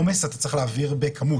עומס אתה צריך להעביר בכמות,